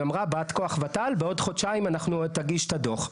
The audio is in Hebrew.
באת כוח ות"ל, בעוד חודשיים החוקרת תגיש את הדוח.